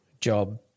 job